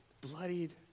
bloodied